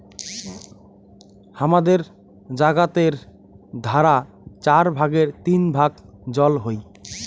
হামাদের জাগাতের ধারা চার ভাগের তিন ভাগ জল হই